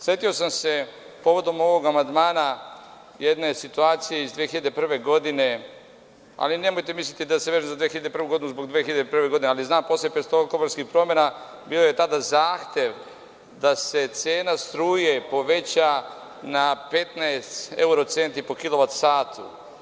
Setio sam se povodom ovog amandmana jedne situacije iz 2001. godine, ali nemojte misliti da se vežem za 2001. godinu zbog 2001. godine, ali znam posle petooktobarskih promena bio je tada zahtev da se cena struje poveća na 15 evro-centi po kilovat satu.